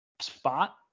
spot